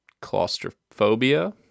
claustrophobia